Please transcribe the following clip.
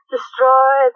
Destroy